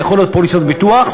זה יכול להיות פוליסת ביטוח,